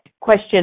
question